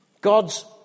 God's